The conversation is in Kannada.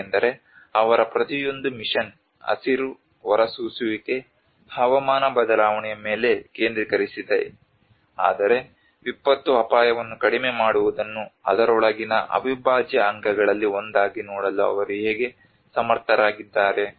ಏಕೆಂದರೆ ಅವರ ಪ್ರತಿಯೊಂದು ಮಿಷನ್ ಹಸಿರು ಹೊರಸೂಸುವಿಕೆ ಹವಾಮಾನ ಬದಲಾವಣೆಯ ಮೇಲೆ ಕೇಂದ್ರೀಕರಿಸಿದೆ ಆದರೆ ವಿಪತ್ತು ಅಪಾಯವನ್ನು ಕಡಿಮೆ ಮಾಡುವುದನ್ನು ಅದರೊಳಗಿನ ಅವಿಭಾಜ್ಯ ಅಂಗಗಳಲ್ಲಿ ಒಂದಾಗಿ ನೋಡಲು ಅವರು ಹೇಗೆ ಸಮರ್ಥರಾಗಿದ್ದಾರೆ